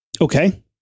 Okay